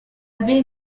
baie